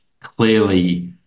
clearly